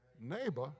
neighbor